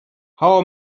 how